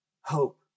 hope